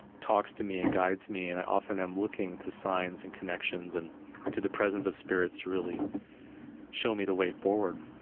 talks to me and guides me, and i often am looking to signs and connections and to the presence of spirits to really show me the way forward.